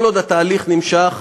כל עוד התהליך נמשך,